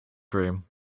cream